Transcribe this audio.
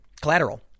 collateral